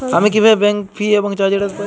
আমি কিভাবে bank fee এবং চার্জ এড়াতে পারি?